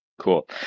cool